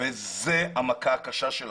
זאת המכה הקשה שלנו.